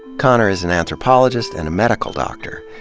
konner is an anthropologist and a medical doctor.